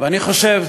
ואני חושב,